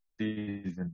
season